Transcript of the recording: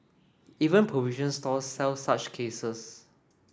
even provision stores sell such cases